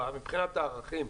מבחינת הערכים,